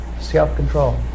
self-control